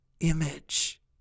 image